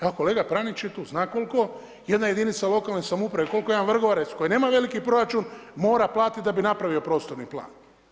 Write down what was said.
Evo kolega Pranić je tu, zna koliko jedna jedinica lokalne samouprave koliko jedan Vrgorac koji nema veliki proračun mora platiti da bi napravio prostorni plan.